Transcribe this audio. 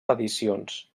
edicions